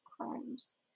crimes